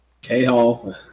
K-Hall